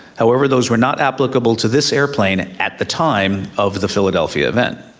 however, those were not applicable to this airplane at the time of the philadelphia event.